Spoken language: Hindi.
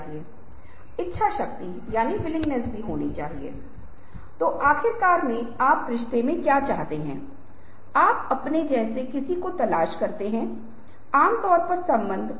आज यह कुछ ऐसा है जहाँ आप देखते हैं कि अन्तरक्रियाशीलता बहुत महत्वपूर्ण है आप रोक सकते हैं या खेल सकते हैं मै अभी जो कुछ भी बोल रहा हूँ उसे अप दोहराने में सक्षम हैं